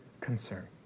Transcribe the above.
concern